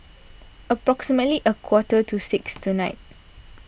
approximately a quarter to six tonight